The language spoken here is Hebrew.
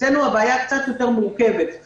אצלנו הבעיה קצת יותר מורכבת.